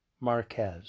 Marquez